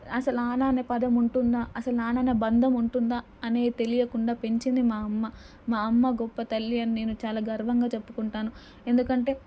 అసలైన అనే పదం ఉంటుందా అసలు నాన్న అనే బంధం ఉంటుందా అనే తెలియకుండా పెంచింది మా అమ్మ మా అమ్మ గొప్ప తల్లి అని నేను చాలా గర్వంగా చెప్పుకుంటాను ఎందుకంటే